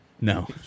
No